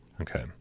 Okay